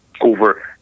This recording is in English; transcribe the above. over